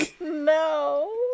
No